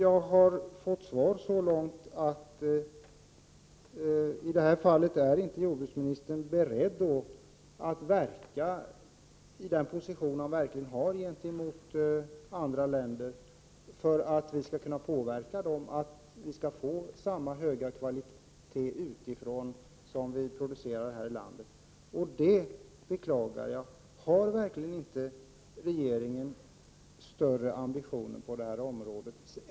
Av jordbruksministerns svar framgår att han inte är beredd att arbeta, i den position han har i förhållande till andra länder, för att påverka dem så att vi skulle kunna få samma höga kvalitet på de importerade produkterna som på dem som vi producerar här i landet. Jag beklagar detta. Har regeringen verkligen inte större ambitioner på detta område?